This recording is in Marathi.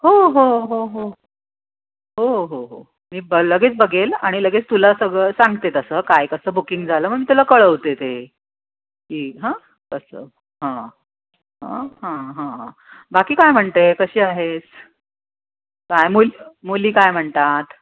हो हो हो हो हो हो हो मी ब लगेच बघेन आणि लगेच तुला सगळं सांगते तसं काय कसं बुकिंग झालं मग तुला कळवते ते की हं कसं हां हां हां हां बाकी काय म्हणते कशी आहेस काय मुलं मुली काय म्हणतात